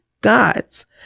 gods